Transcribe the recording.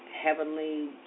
Heavenly